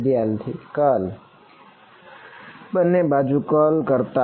વિદ્યાર્થી કર્લ બંને બાજુ કર્લ કરતા